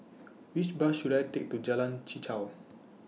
Which Bus should I Take to Jalan Chichau